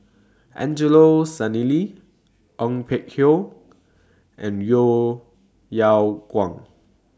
Angelo Sanelli Ong Peng Hock and Yeo Yeow Kwang